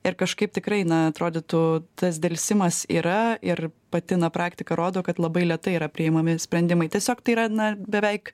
ir kažkaip tikrai na atrodytų tas delsimas yra ir pati na praktika rodo kad labai lėtai yra priimami sprendimai tiesiog tai yra na beveik